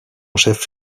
chef